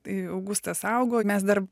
tai augustas augo mes dar